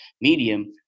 medium